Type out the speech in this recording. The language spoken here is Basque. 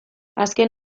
azken